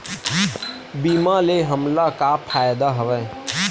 बीमा ले हमला का फ़ायदा हवय?